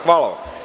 Hvala.